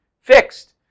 fixed